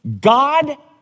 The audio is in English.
God